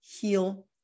heal